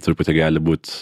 truputį gali būt